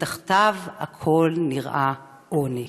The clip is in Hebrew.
ומתחתיו הכול נראה / עוני."